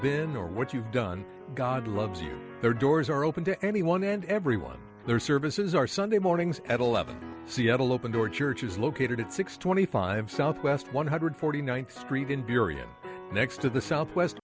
been or what you've done god loves you there doors are open to anyone and everyone their services are sunday mornings at eleven seattle open door church is located at six twenty five south west one hundred forty ninth street in burey and next to the southwest